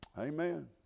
amen